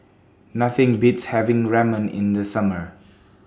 Nothing Beats having Ramen in The Summer